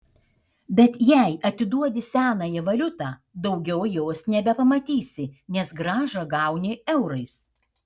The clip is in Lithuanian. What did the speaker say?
bet jei atiduodi senąją valiutą daugiau jos nebepamatysi nes grąžą gauni eurais